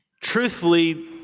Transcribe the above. truthfully